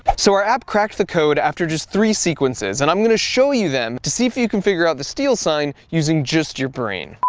so our app cracked the code after just three sequences and i'm going to show you them to see if you can figure out the steal sign using just your brain.